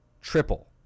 triple